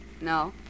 No